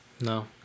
No